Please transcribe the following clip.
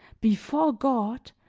before god,